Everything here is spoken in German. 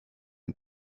ein